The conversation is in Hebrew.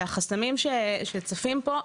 שהחסמים שצפים פה,